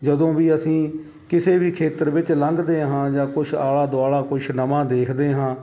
ਜਦੋਂ ਵੀ ਅਸੀਂ ਕਿਸੇ ਵੀ ਖੇਤਰ ਵਿੱਚ ਲੰਘਦੇ ਹਾਂ ਜਾਂ ਕੁਛ ਆਲਾ ਦੁਆਲਾ ਕੁਛ ਨਵਾਂ ਦੇਖਦੇ ਹਾਂ